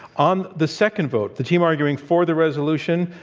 on the second vote, the team arguing for the resolution,